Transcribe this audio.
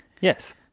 Yes